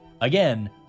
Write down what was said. Again